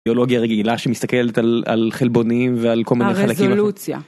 ביולוגיה רגילה שמסתכלת על על חלבונים ועל כל מיני חלקים.